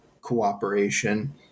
cooperation